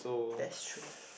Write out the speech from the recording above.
that's true